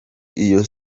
iyo